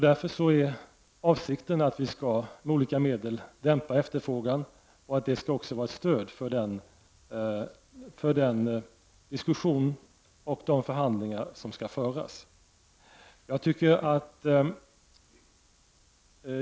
Därför är avsikten att vi med olika medel skall dämpa efterfrågan och att det också skall vara ett stöd för den diskussion och de förhandlingar som skall föras.